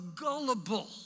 gullible